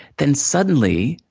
then, suddenly,